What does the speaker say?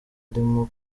arimo